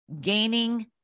gaining